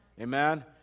amen